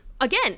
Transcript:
again